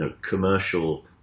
commercial